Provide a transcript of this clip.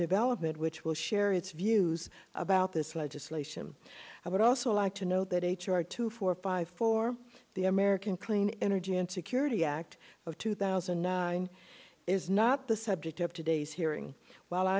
development which will share its views about this legislation i would also like to note that h r two four five four the american clean energy and security act of two thousand and nine is not the subject of today's hearing while i